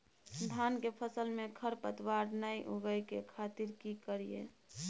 धान के फसल में खरपतवार नय उगय के खातिर की करियै?